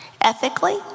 ethically